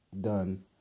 done